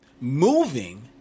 Moving